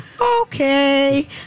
okay